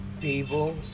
people